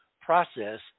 process